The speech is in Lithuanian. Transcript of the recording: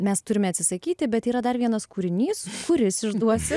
mes turime atsisakyti bet yra dar vienas kūrinys kuris išduosiu